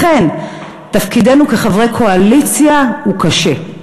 לכן תפקידנו כחברי קואליציה הוא קשה,